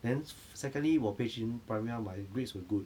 then secondly 我培群 primary my grades were good